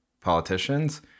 politicians